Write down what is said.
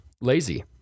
lazy